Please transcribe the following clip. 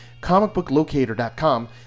comicbooklocator.com